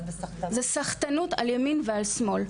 זו סחטנות על ימין ועל שמאל.